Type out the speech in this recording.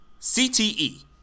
CTE